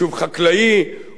הוא יכול להיות יישוב פרברי,